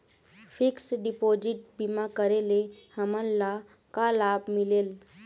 Fix deposit बीमा करे ले हमनला का लाभ मिलेल?